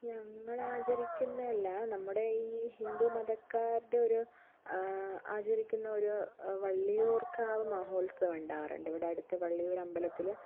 ഞങ്ങൾ ആചരിക്കുന്ന അല്ല നമ്മുടെ ഈ ഹിന്ദു മതക്കാരുടെ ഒരു ആചരിക്കുന്നൊരു വള്ളിയൂർക്കാവ് മഹോത്സവം ഉണ്ടാവാറുണ്ട് ഇവിടെ അടുത്ത് വള്ളിയൂർ അമ്പലത്തിൽ